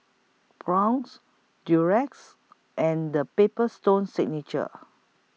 Braun's Durex and The Paper Stone Signature